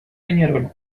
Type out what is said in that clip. peñarol